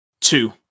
Two